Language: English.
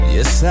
Yes